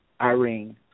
Irene